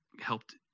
helped